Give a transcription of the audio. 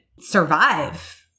survive